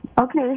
Okay